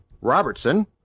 Robertson